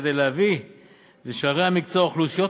כדי להביא לשערי המקצוע קבוצות אוכלוסייה